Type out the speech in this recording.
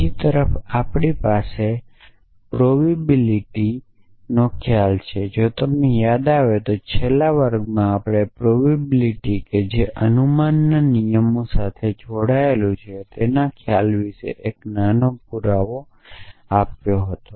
બીજી તરફ આપણી પાસે પ્રોવિબિલીટી નો ખ્યાલ છે જો તમને યાદ આવે તો છેલ્લા વર્ગમાં આપણે પ્રોવિબિલીટી કે જે અનુમાનના નિયમો સાથે જોડાયેલું છે તેના ખ્યાલ વિષે એક નાનો પૂરાવો કર્યો છે